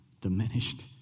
diminished